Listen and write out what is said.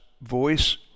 voice